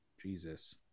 Jesus